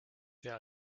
der